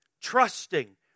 trusting